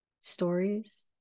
stories